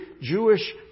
Jewish